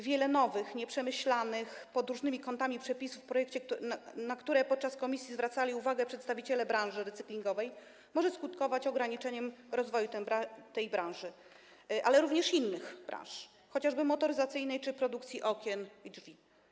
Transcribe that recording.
Wiele nowych, nieprzemyślanych pod różnymi kątami przepisów w projekcie, na które w komisji zwracali uwagę przedstawiciele branży recyklingowej, może skutkować ograniczeniem rozwoju tej branży, ale również innych branż, chociażby motoryzacyjnej czy produkcji okien i drzwi.